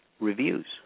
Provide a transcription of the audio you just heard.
reviews